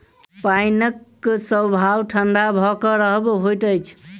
पाइनक स्वभाव ठंढा भ क रहब होइत अछि